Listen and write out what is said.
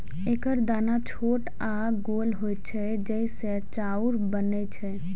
एकर दाना छोट आ गोल होइ छै, जइसे चाउर बनै छै